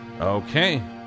okay